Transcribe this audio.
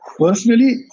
Personally